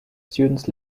students